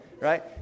right